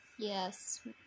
Yes